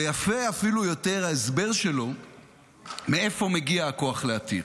ויפה אפילו יותר ההסבר שלו מאיפה מגיע הכוח להתיר.